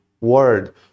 word